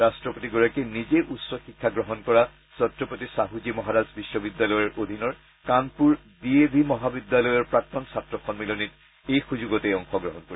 ৰাষ্ট্ৰপতিগৰাকীয়ে নিজে উচ্চ শিক্ষা গ্ৰহণ কৰা চত্ৰপটি চাহু জী মহাৰাজ বিশ্ববিদ্যালয়ৰ অধীনৰ কানপুৰ ডি এ ভি মহাবিদ্যালয়ৰ প্ৰাক্তন ছাত্ৰ সন্মিলনীত এই সুযোগতে অংশগ্ৰহণ কৰিব